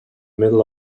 middle